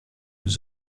nous